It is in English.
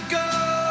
go